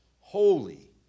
Holy